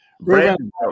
Brandon